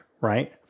right